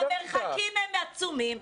המרחקים הם עצומים.